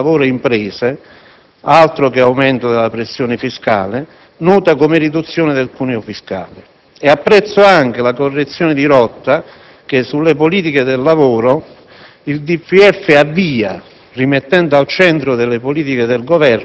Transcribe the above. mi riferisco a quella riduzione del carico fiscale e contributivo sul lavoro delle imprese - altro che aumento della pressione fiscale - nota come riduzione del cuneo fiscale. Apprezzo anche la correzione di rotta che il DPEF avvia sulle politiche del lavoro,